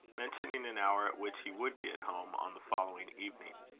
mentioning an hour at which he would be at home on the following evening.